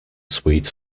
sweet